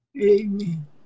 Amen